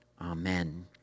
Amen